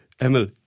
Emil